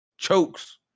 Chokes